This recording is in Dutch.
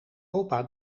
opa